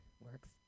works